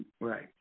Right